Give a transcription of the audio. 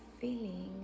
feeling